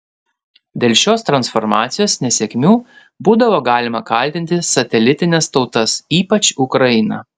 dėl šios transformacijos nesėkmių būdavo galima kaltinti satelitines tautas ypač ukrainą